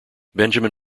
benjamin